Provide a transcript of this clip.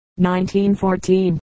1914